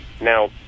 Now